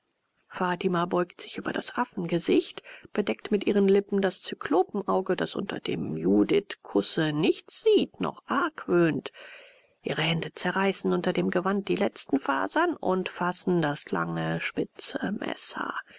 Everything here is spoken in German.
fatima beugt sich über das affengesicht bedeckt mit ihren lippen das zyklopenauge das unter dem judithkusse nichts sieht noch argwöhnt ihre hände zerreißen unter dem gewand die letzten fasern und fassen das lange spitze messer